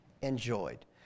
enjoyed